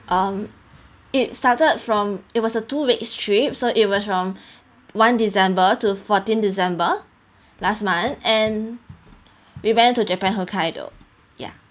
um it started from it was a two weeks trip so it was from one december to fourteen december last month and we went to japan hokkaido ya